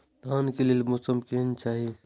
धान के लेल मौसम केहन चाहि?